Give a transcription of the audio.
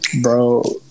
Bro